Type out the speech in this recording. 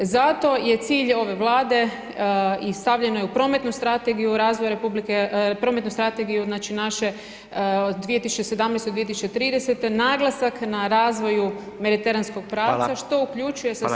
Zato je cilj ove vlade i stavljeno je u prometnu strategiju razvoja, prometne strategiju naše 2017. do 2030. naglasak na razvoju mediteranskog pravca, što uključuje sa sobom.